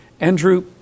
Andrew